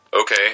okay